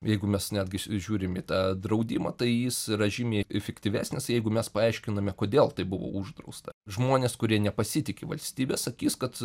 jeigu mes netgi žiūrim į tą draudimą tai jis yra žymiai efektyvesnis jeigu mes paaiškiname kodėl tai buvo uždrausta žmonės kurie nepasitiki valstybe sakys kad